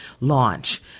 launch